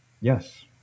yes